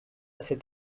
cet